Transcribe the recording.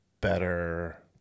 better